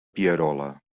pierola